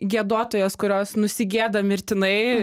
giedotojas kurios nusigieda mirtinai